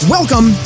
Welcome